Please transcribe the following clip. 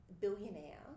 billionaire